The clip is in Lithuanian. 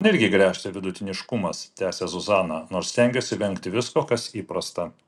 man irgi gresia vidutiniškumas tęsia zuzana nors stengiuosi vengti visko kas įprasta